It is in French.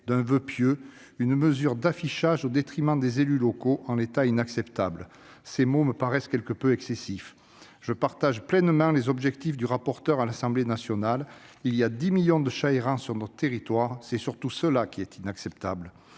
de « voeu pieux, mesure d'affichage au détriment des élus locaux [...] en l'état inacceptable ». Ces mots me paraissent quelque peu excessifs. Je partage pleinement les objectifs du rapporteur de l'Assemblée nationale. Il y a 10 millions de chats errants sur notre territoire. C'est surtout cela qui est inacceptable.